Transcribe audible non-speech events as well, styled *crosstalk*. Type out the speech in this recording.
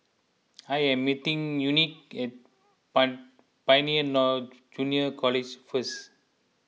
I am meeting Unique at *unintelligible* Pioneer now Junior College first